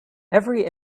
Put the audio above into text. every